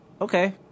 Okay